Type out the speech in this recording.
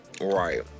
Right